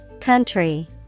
Country